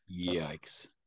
yikes